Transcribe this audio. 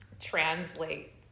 translate